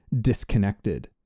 disconnected